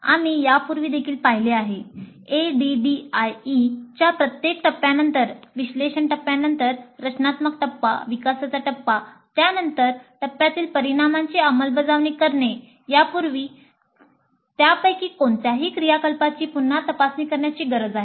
आम्ही यापूर्वी देखील पाहिले आहे ADDIE च्या प्रत्येक टप्प्यानंतर विश्लेषण टप्प्यानंतर रचनात्मक टप्पा विकासाचा टप्पा त्या विशिष्ट टप्प्यातील परिणामांची अंमलबजावणी करणे यापूर्वी त्यापैकी कोणत्याही क्रियाकालापाची पुन्हा तपासणी करण्याची गरज आहे